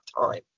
time